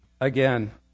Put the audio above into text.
again